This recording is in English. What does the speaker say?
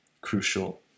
crucial